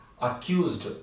accused